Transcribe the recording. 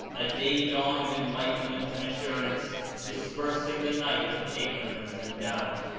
a day-dawn of enlighten ment and assurance dispersing the night of ignorance and doubt.